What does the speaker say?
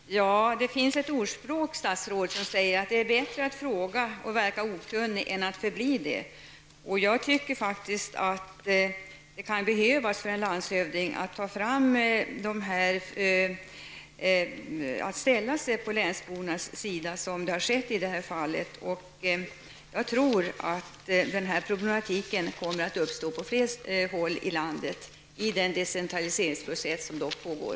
Herr talman! Det finns ett ordspråk som säger att det är bättre att fråga och verka okunnig än att förbli det. Jag tycker att det kan vara skäl för en landshövding att ställa sig på länsbornas sida, vilket har skett i detta fall. Jag tror att problemet kommer att uppstå på fler håll i landet i den decentraliseringsprocess som pågår.